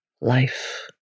life